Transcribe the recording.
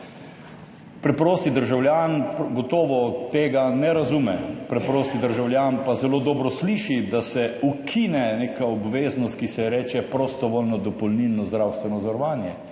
Preprosti državljan gotovo tega ne razume, preprosti državljan pa zelo dobro sliši, da se ukine neka obveznost, ki se ji reče prostovoljno dopolnilno zdravstveno zavarovanje